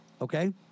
okay